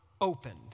opened